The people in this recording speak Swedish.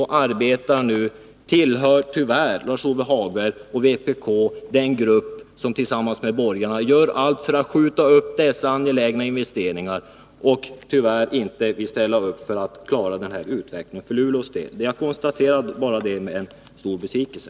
Lars-Ove Hagberg och vpk tillhör nu tyvärr den grupp som tillsammans med borgarna gör allt för att skjuta upp de planerade angelägna investeringarna och vill inte ställa upp bakom en utveckling för Luleås del. Jag konstaterar detta med stor besvikelse.